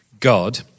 God